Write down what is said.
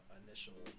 initial